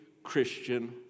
Christian